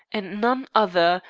and none other,